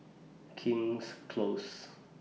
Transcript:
King's Close